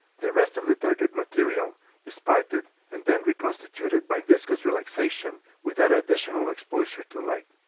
the rest of the target material is parted and then reconstituted by viscous relaxation without additional exposure to light.